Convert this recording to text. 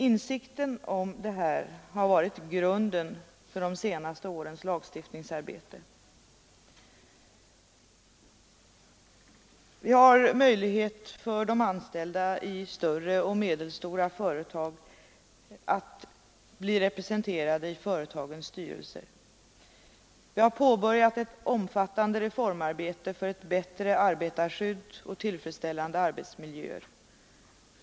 Insikten om detta har varit grunden för de senaste årens lagstiftningsarbete. Vi har möjlighet för de anställda i större och medelstora företag att bli representerade i företagens styrelser. Vi har påbörjat ett omfattande reformarbete för ett bättre arbetarskydd och tillfredsställande arbetsmiljöer.